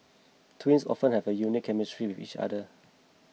twins often have a unique chemistry with each other